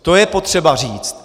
To je potřeba říct.